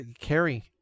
Carrie